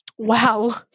Wow